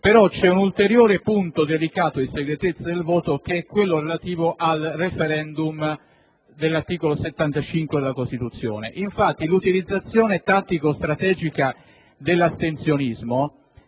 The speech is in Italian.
precisati. Un altro punto delicato sulla segretezza del voto è quello relativo al referendum, di cui all'articolo 75 della Costituzione. Infatti, l'utilizzazione tattico-strategica dell'astensionismo,